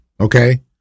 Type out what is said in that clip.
okay